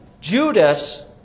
Judas